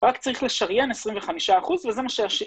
רק צריך לשריין 25% וזה מה שעשינו,